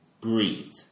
breathe